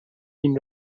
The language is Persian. این